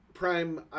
Prime